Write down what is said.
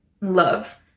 love